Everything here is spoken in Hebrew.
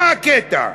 מה הקטע?